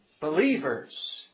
believers